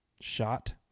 shot